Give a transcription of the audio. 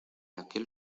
aquel